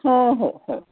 हो हो हो